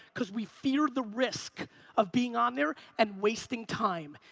cause we fear the risk of being on there and wasting time.